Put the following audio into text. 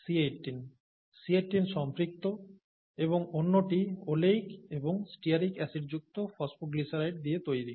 C18 সম্পৃক্ত এবং অন্যটি ওলেইক এবং স্টিয়ারিক অ্যাসিডযুক্ত ফসফগ্লিসারাইড দিয়ে তৈরি